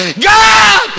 God